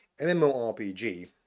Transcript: MMORPG